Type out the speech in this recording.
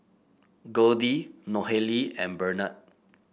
Goldie Nohely and Bernard